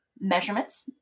measurements